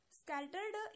scattered